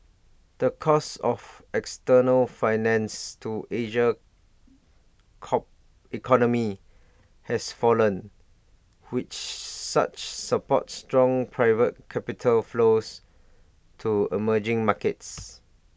the cost of external finance to Asian economy has fallen which such support strong private capital flows to emerging markets